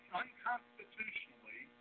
unconstitutionally